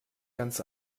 ganz